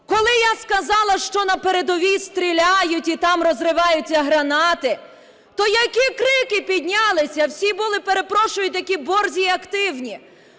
Коли я сказала, що на передовій стріляють, і там розриваються гранати, то які крики піднялися, всі були, перепрошую, такі борзі і активні.